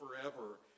forever